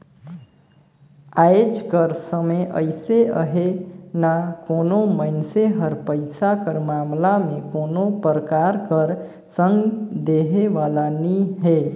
आएज कर समे अइसे अहे ना कोनो मइनसे हर पइसा कर मामला में कोनो परकार कर संग देहे वाला नी हे